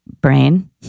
Brain